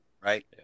Right